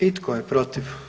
I tko je protiv?